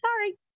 Sorry